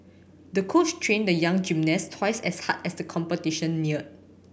the coach trained the young gymnast twice as hard as the competition neared